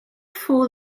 fool